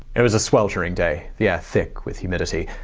it was a sweltering day, the air thick with humidity,